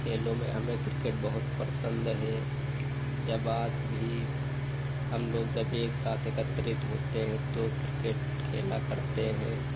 खेलों में हमें क्रिकेट बहुत पसन्द है जब आज भी हमलोग जब एक साथ एकत्रित होते हैं तो क्रिकेट खेला करते हैं